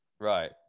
Right